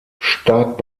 stark